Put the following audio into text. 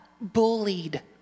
bullied